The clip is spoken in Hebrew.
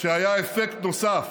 שהיה אפקט נוסף,